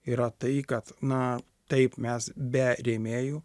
yra tai kad na taip mes be rėmėjų